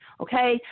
Okay